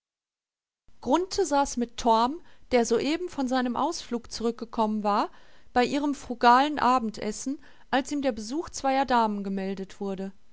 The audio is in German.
saß mit torm der soeben von seinem ausflug zurückgekommen war bei ihrem frugalen abendessen als ihm der besuch zweier damen gemeldet wurde